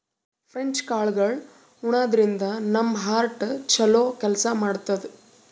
French ಕಾಳ್ಗಳ್ ಉಣಾದ್ರಿನ್ದ ನಮ್ ಹಾರ್ಟ್ ಛಲೋ ಕೆಲ್ಸ್ ಮಾಡ್ತದ್